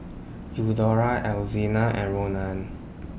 Eudora Alzina and Ronan